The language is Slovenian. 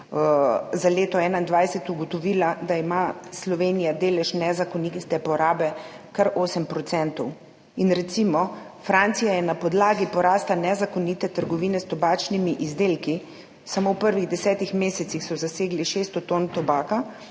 za leto 2021 ugotovila, da ima Slovenija delež nezakonite porabe kar 8 %. Recimo, Francija je na podlagi porasta nezakonite trgovine s tobačnimi izdelki samo v prvih desetih mesecih zasegla 600 ton tobaka,